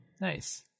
Nice